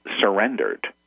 surrendered